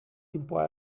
imply